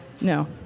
No